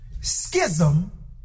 Schism